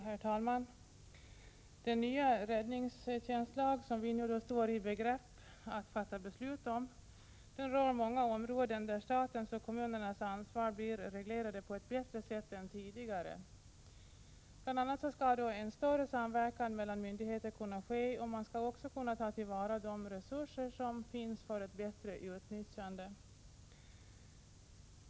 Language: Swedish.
Herr talman! Den nya räddningstjänstlag som vi nu står i begrepp att fatta beslut om rör många områden där statens och kommunernas ansvar blir reglerade på ett bättre sätt än tidigare. Bl.a. skall en större samverkan mellan myndigheter kunna ske och man skall också kunna ta till vara de resurser som finns för ett bättre utnyttjande.